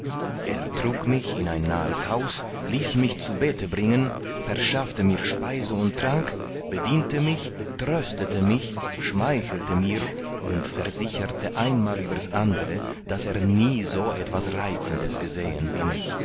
er trug mich in ein nahes haus ließ mich zu bette bringen verschaffte mir speise und trank bediente mich tröstete mich schmeichelte mir und versicherte einmal übers andere daß er nie so etwas so reizendes gesehen wie mich